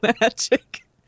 magic